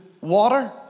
water